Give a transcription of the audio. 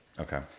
Okay